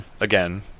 Again